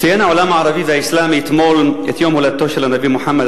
העולם הערבי והאסלאמי ציין אתמול את יום הולדתו של הנביא מוחמד,